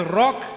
rock